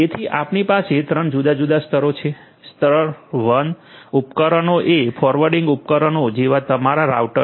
તેથી આપણી પાસે 3 જુદા જુદા સ્તરો છે સ્તર 1 ઉપકરણોએ ફોરવર્ડિંગ ઉપકરણો જેવા તમારા રાઉટર્સ